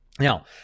Now